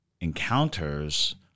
encounters